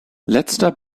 letzter